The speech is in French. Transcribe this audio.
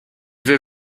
veut